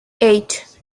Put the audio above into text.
eight